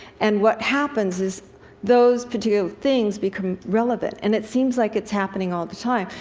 and what happens is those particular things become relevant. and it seems like it's happening all the time.